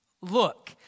look